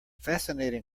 fascinating